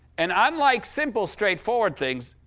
and unlike simple, straightforward things,